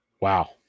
Wow